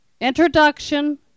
Introduction